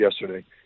yesterday